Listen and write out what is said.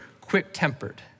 quick-tempered